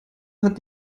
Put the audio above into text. hat